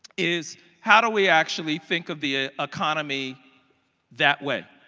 is how do we actually think of the economy that way?